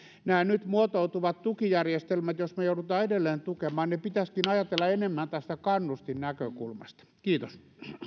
nämä nyt muotoutuvat tukijärjestelmät jos me joudumme edelleen tukemaan pitäisikin ajatella enemmän tästä kannustinnäkökulmasta kiitos